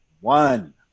one